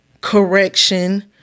correction